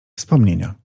wspomnienia